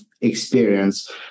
experience